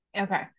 Okay